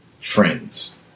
friends